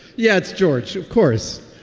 yeah, it's george. of course.